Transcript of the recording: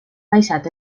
baixat